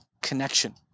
connection